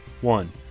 one